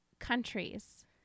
countries